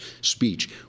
speech